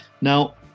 Now